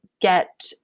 get